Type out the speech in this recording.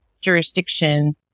jurisdiction